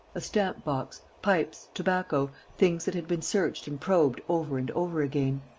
a stamp-box, pipes, tobacco, things that had been searched and probed over and over again.